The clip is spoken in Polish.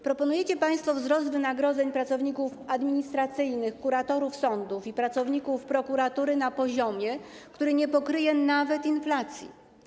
Proponujecie państwo wzrost wynagrodzeń pracowników administracyjnych, kuratorów sądowych i pracowników prokuratury na poziomie, który nie pokryje nawet inflacji.